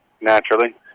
Naturally